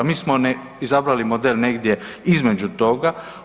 Mi smo izabrali model negdje između toga.